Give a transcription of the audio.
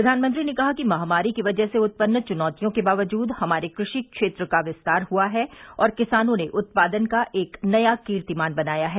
प्रधानमंत्री ने कहा कि महामारी की वजह से उत्पन्न चुनौतियों के बावजूद हमारे कृषि क्षेत्र का विस्तार हुआ है और किसानों ने उत्पादन का नया कीर्तिमान बनाया है